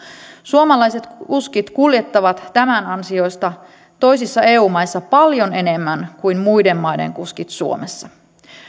suomalaiset kuskit kuljettavat tämän ansiosta toisissa eu maissa paljon enemmän kuin muiden maiden kuskit suomessa